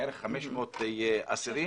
-- בערך 500 אסירים.